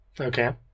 Okay